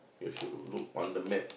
you should look on the map